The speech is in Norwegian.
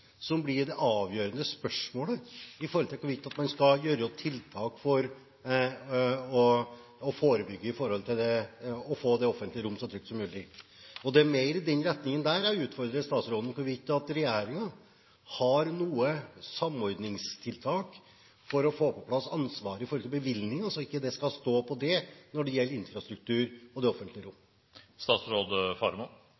som blir det avgjørende spørsmålet med hensyn hvorvidt man skal gjøre tiltak for å forebygge, for å få det offentlige rom så trygt som mulig. Det er mer i den retningen der jeg utfordrer statsråden – hvorvidt regjeringen har noen samordningstiltak for å få på plass ansvaret for bevilgninger, så det ikke skal stå på det når det gjelder infrastruktur og det offentlige